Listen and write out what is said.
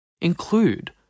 Include